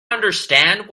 understand